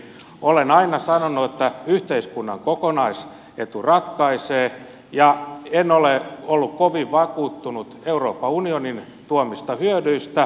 olen aina sanonut että yhteiskunnan kokonaisetu ratkaisee ja en ole ollut kovin vakuuttunut euroopan unionin tuomista hyödyistä